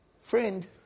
Friend